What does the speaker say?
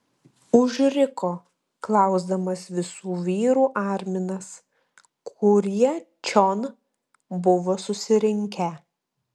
užriko klausdamas visų vyrų arminas kurie čion buvo susirinkę